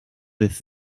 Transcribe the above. this